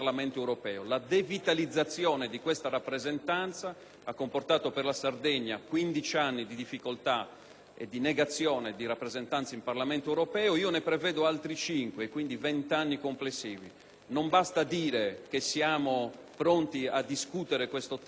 e di negazione di rappresentanza nel Parlamento europeo. Io ne prevedo altri cinque, per arrivare complessivamente a venti. Non basta dire che siamo pronti a discutere di questo tema dopo le elezioni europee. Bisognava farlo adesso. Registro, e voglio dire a questa Camera, che tra gli impegni presi